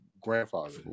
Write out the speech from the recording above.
grandfather